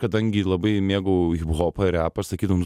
kadangi labai mėgau hiphopą repą aš sakydavau